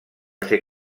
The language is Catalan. ser